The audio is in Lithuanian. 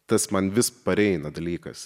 tas man vis pareina dalykas